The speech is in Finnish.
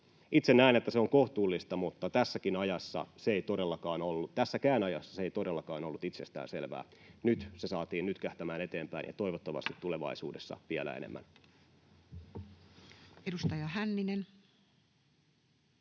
Itse näen, että se on kohtuullista, mutta tässäkään ajassa se ei todellakaan ollut itsestään selvää. Nyt se saatiin nytkähtämään eteenpäin ja toivottavasti tulevaisuudessa vielä enemmän. Edustaja Hänninen.